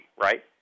right